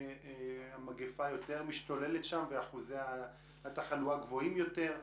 המגפה משתוללת שם יותר ואחוזי התחלואה גבוהים יותר.